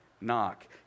knock